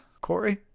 Corey